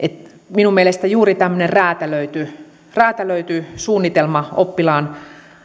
minun mielestäni juuri tämmöinen räätälöity räätälöity suunnitelma oppilaan